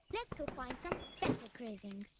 let's go find some better grazing.